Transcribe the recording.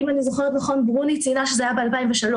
אם אני זוכרת נכון ברוני ציינה שזה היה ב-2003.